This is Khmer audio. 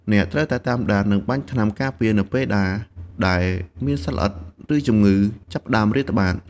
អ្នកត្រូវតែតាមដាន និងបាញ់ថ្នាំការពារនៅពេលណាដែលមានសត្វល្អិត ឬជំងឺចាប់ផ្តើមរាតត្បាត។